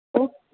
ಒ